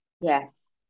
Yes